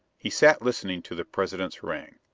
he sat listening to the president's harangue,